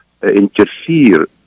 interfere